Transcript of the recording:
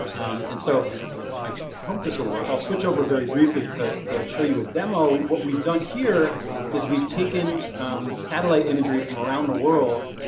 and so i hope, this will work. i'll switch over very briefly, to to show you a demo. what we've done here is we've taken satellite imagery from around the world,